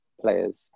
players